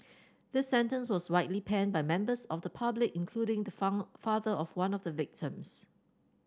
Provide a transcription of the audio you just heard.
this sentence was widely panned by members of the public including the father of one of the victims